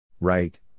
Right